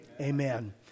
amen